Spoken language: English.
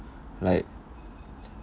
like